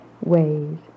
ways